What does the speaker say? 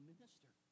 minister